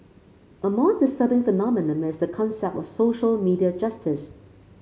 a more disturbing phenomenon is the concept of social media justice